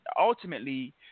ultimately